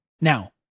Now